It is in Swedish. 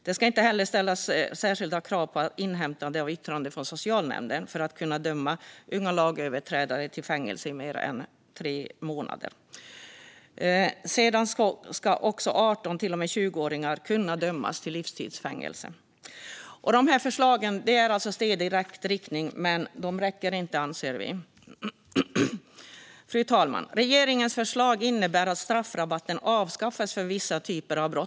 Det ska inte heller ställas särskilda krav på inhämtande av yttrande från socialnämnden för att kunna döma unga lagöverträdare till fängelse i mer än tre månader. Det ska också vara möjligt att döma 18-20-åringar till livstids fängelse. Dessa förslag är steg i rätt riktning, men vi anser att de inte räcker. Fru talman! Regeringens förslag innebär att straffrabatten avskaffas för vissa typer av brott.